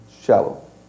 shallow